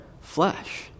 flesh